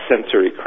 sensory